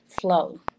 flow